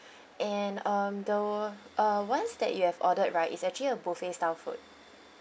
and um the uh ones that you have ordered right is actually a buffet style food